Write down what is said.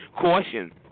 Caution